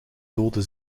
dode